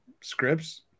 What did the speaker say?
scripts